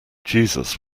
jesus